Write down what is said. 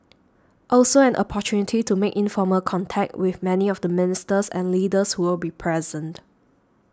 also an opportunity to make informal contact with many of the ministers and leaders who will be present